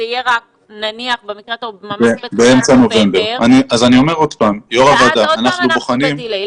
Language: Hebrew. זה יהיה במקרה הטוב באמצע נובמבר אז שוב אנחנו ב-דיליי.